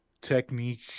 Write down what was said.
technique